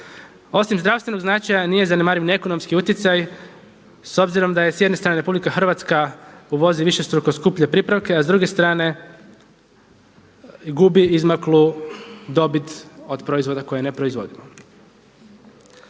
Osim zdravstvenog značaja nije zanemariv ni ekonomski utjecaj, s obzirom da je s jedne strane RH uvozi višestruko skuplje pripravke, a s druge strane gubi izmaklu dobit od proizvoda koje ne proizvodimo.